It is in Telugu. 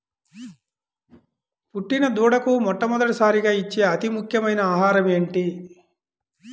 పుట్టిన దూడకు మొట్టమొదటిసారిగా ఇచ్చే అతి ముఖ్యమైన ఆహారము ఏంటి?